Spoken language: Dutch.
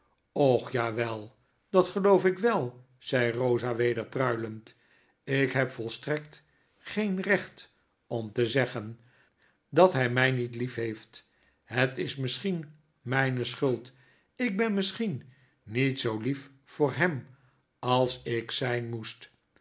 och ja wel dat geloof ik wel zei rosa weder pruilend ik neb volstrekt geen recht om te zeggen dat hy mij niet lief heeft het is misschien myne schuld ik ben misschien niet zoo lief voor hem als ik zyn moest